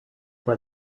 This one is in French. pour